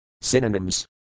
Synonyms